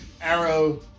arrow